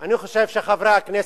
אני חושב שחברי הכנסת,